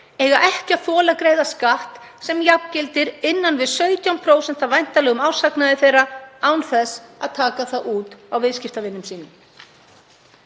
eiga ekki að þola að greiða skatt sem jafngildir innan við 17% af væntanlegum árshagnaði þeirra án þess að taka það út á viðskiptavinum sínum.